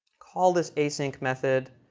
call this async method,